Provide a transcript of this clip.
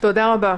תודה.